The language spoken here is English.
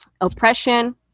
oppression